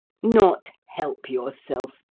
not help yourself!